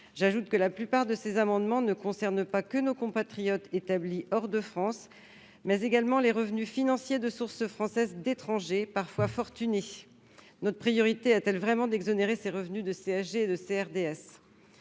J'ajoute que la plupart de ces amendements visent non pas seulement nos compatriotes établis hors de France, mais également les revenus financiers de source française d'étrangers parfois fortunés. Notre priorité est-elle vraiment de tels revenus de CSG et de CRDS ?